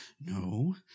No